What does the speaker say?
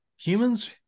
humans